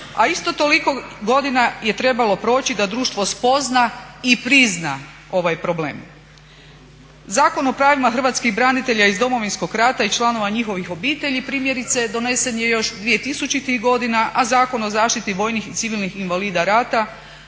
a isto toliko godina je trebalo proći da društvo spozna i prizna ovaj problem. Zakon o pravima hrvatskih branitelja iz Domovinskog rata i članova njihovih obitelji primjerice je donesen još 2000.-ih godina, a Zakon o zaštiti vojnih i civilnih invalida rata